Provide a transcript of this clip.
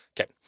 Okay